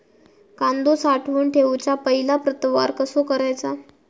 कांदो साठवून ठेवुच्या पहिला प्रतवार कसो करायचा?